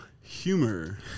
Humor